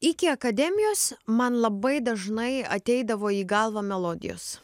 iki akademijos man labai dažnai ateidavo į galvą melodijos